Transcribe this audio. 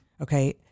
Okay